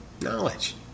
knowledge